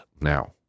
now